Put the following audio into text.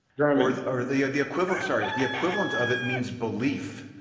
german. or, the the equivalent sorry the equivalent of it means belief.